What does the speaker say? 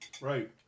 Right